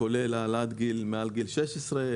כולל העלאת הגיל שהוא מעל גיל 16,